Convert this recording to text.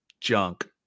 junk